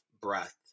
breath